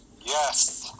Yes